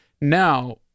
now